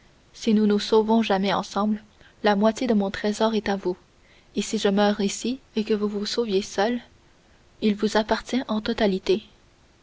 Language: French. si nous nous sauvons jamais ensemble la moitié de mon trésor est à vous et si je meurs ici et que vous vous sauviez seul il vous appartient en